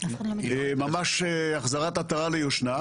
זו ממש החזרת עטרה ליושנה.